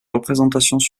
représentations